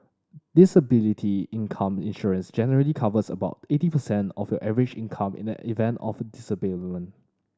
disability income insurance generally covers about eighty percent of your average income in the event of a disablement